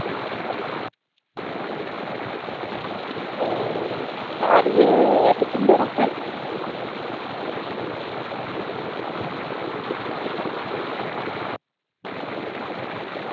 ᱚ ᱟᱪᱪᱷᱟ ᱤᱭᱟᱹ ᱛᱤᱠᱤᱱ ᱵᱮᱲᱟ ᱥᱮᱡ